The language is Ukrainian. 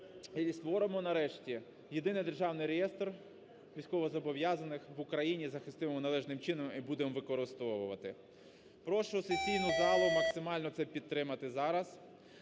і створимо, нарешті, Єдиний державний реєстр військовозобов'язаних в Україні і захистимо належним чином, і будемо використовувати. Прошу сесійну залу максимально це підтримати зараз.